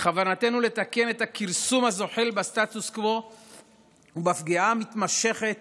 בכוונתנו לתקן את הכרסום בסטטוס קוו ובפגיעה המתמשכת